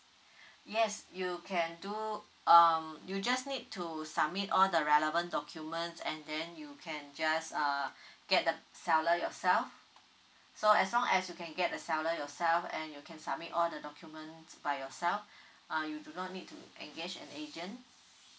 yes you can do um you just need to submit all the relevant documents and then you can just uh get the seller yourself so as long as you can get the seller yourself and you can submit all the documents by yourself uh you do not need to engage an agent